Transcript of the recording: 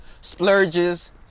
splurges